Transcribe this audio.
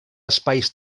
espais